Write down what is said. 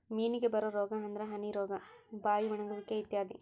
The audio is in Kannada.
ಮೇನಿಗೆ ಬರು ರೋಗಾ ಅಂದ್ರ ಹನಿ ರೋಗಾ, ಬಾಯಿ ಒಣಗುವಿಕೆ ಇತ್ಯಾದಿ